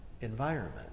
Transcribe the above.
environment